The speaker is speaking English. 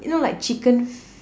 you know like chicken